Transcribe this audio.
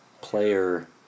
player